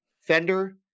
Fender